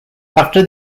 after